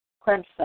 Crimson